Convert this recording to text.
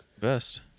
best